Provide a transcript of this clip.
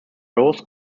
rose